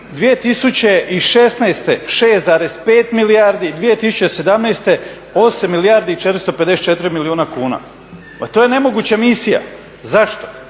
2016. 6,5 milijardi, 2017. 8 milijardi i 454 milijuna kuna. Pa to je nemoguća misija. Zašto?